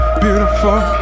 beautiful